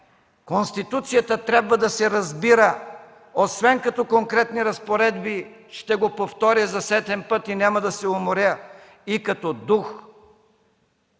да се чете, а трябва да се разбира освен като конкретни разпоредби – ще го повторя за сетен път и няма да се уморя – и като дух!